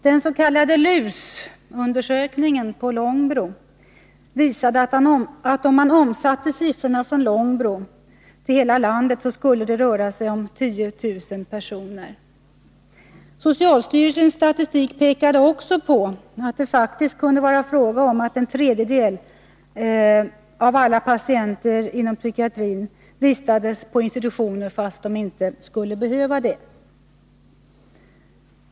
Den s.k. LUS-undersökningen på Långbro visade, att om man omsatte siffrorna från Långbro till att gälla hela landet, skulle det röra sig om 10 000 personer. Socialstyrelsens statistik pekade också på att det faktiskt kunde vara fråga om att en tredjedel av alla patienter inom psykiatrin vistades på institutioner, fastän de inte skulle behöva det.